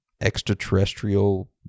extraterrestrial